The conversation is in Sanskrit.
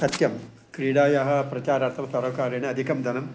सत्यं क्रीडायाः प्रचारार्थं सर्वकारेण अधिकं धनं